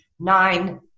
nine